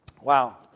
Wow